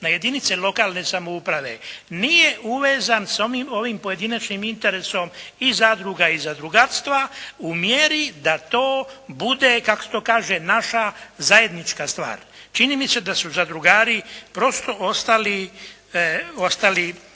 na jedinice lokalne samouprave, nije uvezan sa ovim pojedinačnim interesom i zadruga i zadrugarstva u mjeri da to bude, kako se to kaže, naša zajednička stvar. Čini mi se da su zadrugari prosto ostali